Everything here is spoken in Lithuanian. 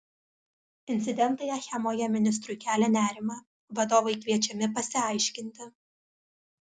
incidentai achemoje ministrui kelia nerimą vadovai kviečiami pasiaiškinti